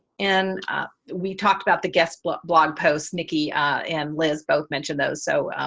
and we talked about the guest blog blog post nikki and liz both mentioned those. so,